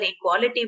equality